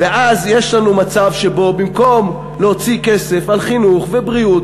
ואז יש לנו מצב שבו במקום להוציא כסף על חינוך ובריאות